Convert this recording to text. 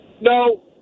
No